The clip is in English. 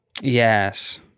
Yes